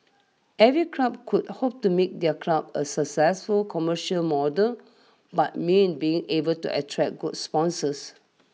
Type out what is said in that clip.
every club could hope to make their club a successful commercial model but means being able to attract good sponsors